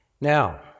Now